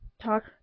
talk